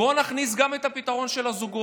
בואו נכניס גם את הפתרון של הזוגות